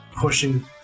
pushing